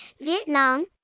Vietnam